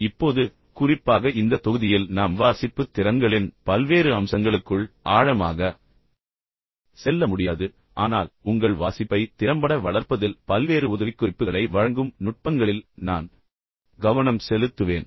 இப்போது குறிப்பாக இந்த தொகுதியில் நாம் வாசிப்புத் திறன்களின் பல்வேறு அம்சங்களுக்குள் ஆழமாக செல்ல முடியாது ஆனால் உங்கள் வாசிப்பை திறம்பட வளர்ப்பதில் பல்வேறு உதவிக்குறிப்புகளை வழங்கும் நுட்பங்களில் நான் கவனம் செலுத்துவேன்